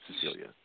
Cecilia